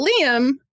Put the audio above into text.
Liam